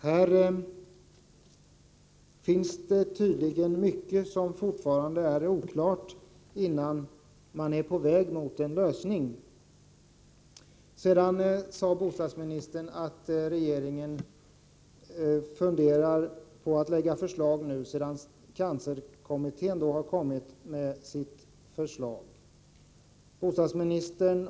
Det finns tydligen mycket som fortfarande är oklart och som man behöver ta itu med innan vi är på väg mot en lösning. Bostadsministern sade att regeringen funderar på att lägga fram förslag sedan cancerkommittén nu har kommit med sitt betänkande.